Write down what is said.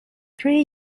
three